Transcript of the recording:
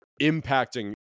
impacting